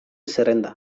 zerrenda